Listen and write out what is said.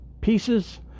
pieces